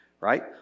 right